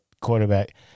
quarterback